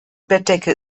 bettdecke